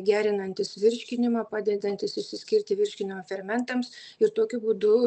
gerinantys virškinimą padedantys išsiskirti virškinimo fermentams ir tokiu būdu